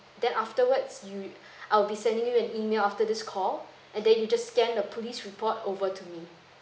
then afterwards you I'll be sending you an email after this call and then you just scan the police report over to me